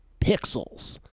Pixels